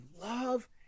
love